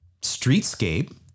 streetscape